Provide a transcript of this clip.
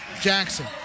Jackson